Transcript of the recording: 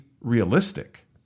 realistic